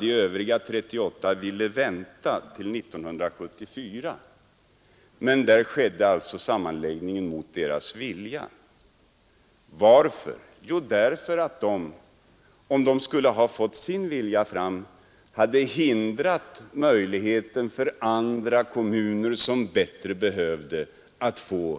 De övriga 38 ville vänta till 1974, och där skedde alltså sammanläggningen mot deras vilja. Varför? Jo, därför att de, om de skulle ha fått sin vilja fram, hade hindrat andra kommuner, som bättre behövde en